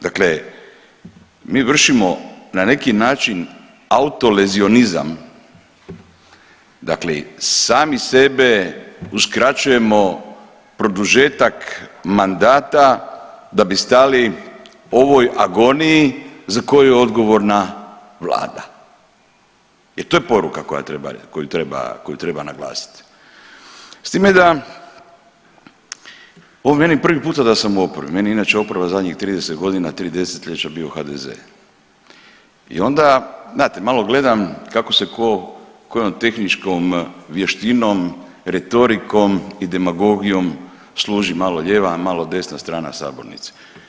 Dakle mi vršimo na neki način autolezionizam, dakle sami sebe uskraćujemo produžetak mandata da bi stali ovoj agoniji za koju je odgovorna Vlada jer to je poruka koju treba naglasiti s time da, ovo je meni prvi puta da sam u oporbi, meni inače oporba zadnjih 30 godina, 3 desetljeća bio HDZ i onda, znate, malo gledam kako se tko kojom tehničkom vještinom, retorikom i demagogijom služi, malo lijeva, malo desna strana sabornice.